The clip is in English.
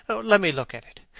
let me look at it.